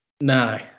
No